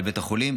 לבית החולים.